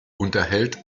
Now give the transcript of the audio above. unterhält